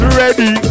ready